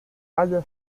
haya